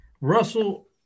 Russell